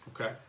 Okay